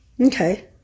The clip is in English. Okay